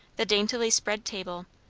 the daintily-spread table,